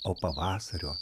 o pavasario